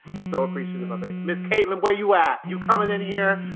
so appreciative of it. ms. catilin, where you at you coming in here?